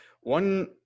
One